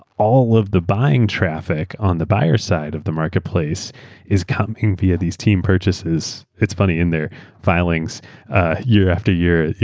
all of the buying traffic on the buyer side of the marketplace is coming via these team purchases. it's funny, in their filings ah year after year,